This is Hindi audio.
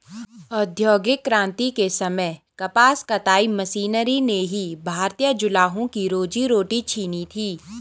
औद्योगिक क्रांति के समय कपास कताई मशीनरी ने ही भारतीय जुलाहों की रोजी रोटी छिनी थी